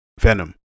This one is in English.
Venom